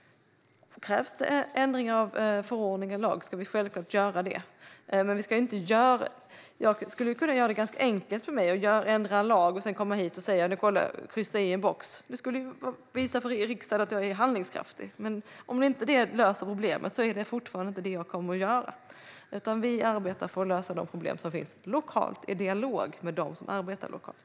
Krävs det ändring av en förordning eller lag ska vi självklart göra det. Jag skulle kunna göra det ganska enkelt för mig och ändra en lag och sedan kryssa i en box. Det skulle visa för riksdagen att jag är handlingskraftig. Men om det inte löser problemet är det inte det jag kommer att göra. Jag arbetar i stället för att lösa de problem som finns lokalt i dialog med dem som arbetar lokalt.